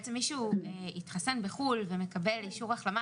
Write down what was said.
בעצם מי שהתחסן בחו"ל ומקבל אישור החלמה